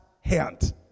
hand